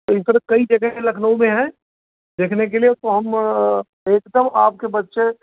तो इस तरह कई जगहें लखनऊ में हैं देखने के लिए तो हम एकदम आपके बच्चे